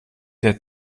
der